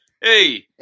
Hey